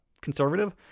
conservative